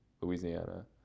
Louisiana